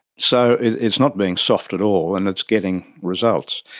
so it's not being soft at all, and it's getting results.